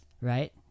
right